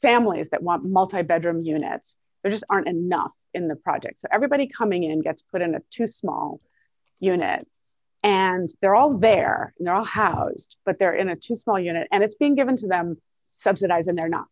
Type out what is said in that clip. families that want multiband units there just aren't enough in the projects everybody coming in and gets put in to a small unit and they're all they're not housed but they're in a small unit and it's been given to them subsidized and they're not